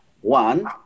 One